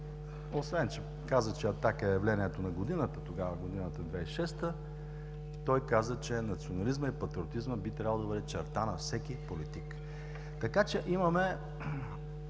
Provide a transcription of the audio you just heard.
освен че каза, че „Атака“ е явлението на годината – тогава годината е 2006-а, той каза, че национализмът и патриотизмът би трябвало да бъде черта на всеки политик. Така че нямаме